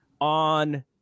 on